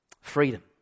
freedom